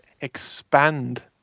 expand